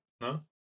No